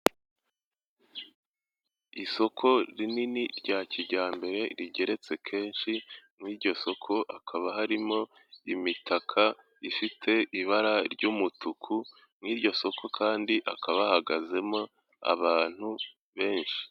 Isoko rinini rya kijyambere rigeretse kenshi, muri iryo soko hakaba harimo imitaka ifite ibara ry'umutuku, mu iryo soko kandi hakaba hahagazemo abantu benshi.